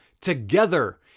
Together